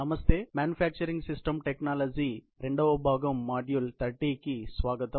నమస్తే manufacturing system technology 2 వ భాగం మాడ్యూల్ 30 కి స్వాగతం